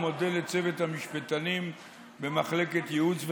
ומודה לצוות המשפטנים במחלקת ייעוץ וחקיקה,